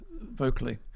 vocally